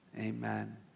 Amen